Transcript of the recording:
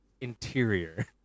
interior